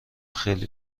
خیلی